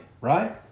right